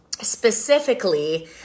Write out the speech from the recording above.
specifically